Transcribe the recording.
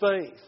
faith